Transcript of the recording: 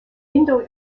indo